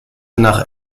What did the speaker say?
nach